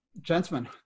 Gentlemen